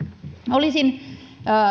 olisin